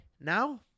Now